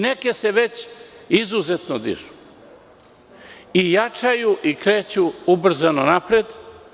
Neke se već izuzetno dižu, jačaju i kreću ubrzano napred.